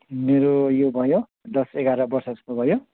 मेरो यो भयो दस एघार वर्ष जस्तो भयो